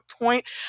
point